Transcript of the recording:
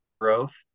growth